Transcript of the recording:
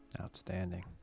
Outstanding